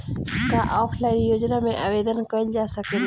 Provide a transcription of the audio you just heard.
का ऑनलाइन योजना में आवेदन कईल जा सकेला?